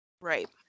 Right